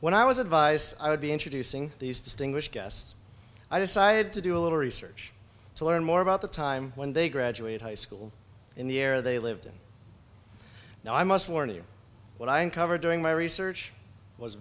when i was advised i would be introducing these distinguished guests i decided to do a little research to learn more about the time when they graduate high school in the air they lived in now i must warn you what i uncovered during my research was